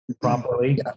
properly